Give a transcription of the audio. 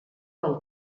del